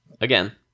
again